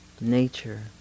nature